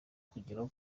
kugeraho